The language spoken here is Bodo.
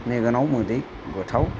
मेगनाव मैदै गथाव